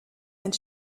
and